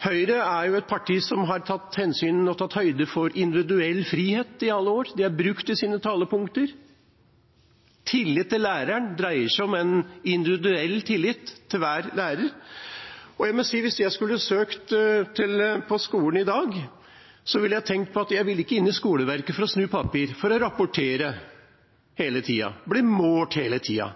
Høyre er jo et parti som har tatt hensyn til og høyde for individuell frihet i alle år. De har brukt det i sine talepunkter. Tillit til læreren dreier seg om en individuell tillit til hver lærer. Jeg må si at hvis jeg skulle søkt meg til skolen i dag, ville jeg tenkt at jeg ikke ville inn i skoleverket for å snu papirer, for å rapportere og bli målt hele tiden.